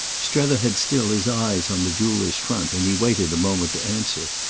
strether had still his eyes on the jeweller's front, and he waited a moment to answer.